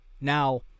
Now